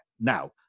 Now